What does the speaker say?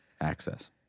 access